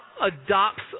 adopts